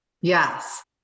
Yes